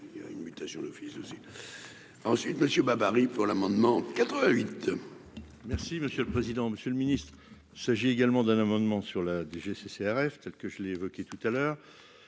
Il y a une mutation d'office de ensuite monsieur pour l'amendement 88. Merci monsieur le président, Monsieur le ministre, il s'agit également d'un amendement sur la DGCCRF telle que je l'ai évoqué tout à l'heure,